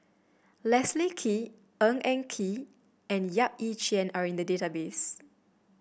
Leslie Kee Ng Eng Kee and Yap Ee Chian are in the database